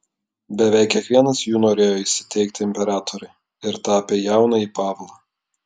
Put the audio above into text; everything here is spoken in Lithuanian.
beveik kiekvienas jų norėjo įsiteikti imperatorei ir tapė jaunąjį pavlą